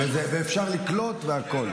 אפשר לקלוט והכול.